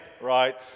right